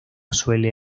suele